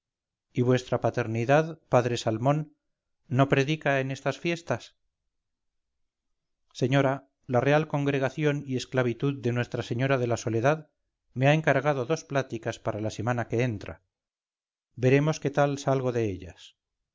y vuestra paternidad padre salmón no predica en estas fiestas señora la real congregación y esclavitud de nuestra señora de la soledad me ha encargado dos pláticas para la semana que entra veremos qué tal salgo de ellas